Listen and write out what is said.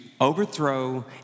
overthrow